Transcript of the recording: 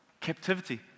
captivity